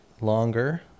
longer